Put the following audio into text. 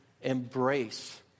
embrace